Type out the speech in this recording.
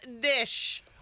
dish